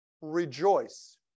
rejoice